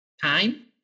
Time